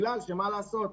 כי מה לעשות,